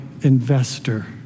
investor